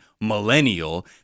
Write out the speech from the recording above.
millennial